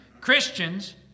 Christians